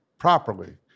properly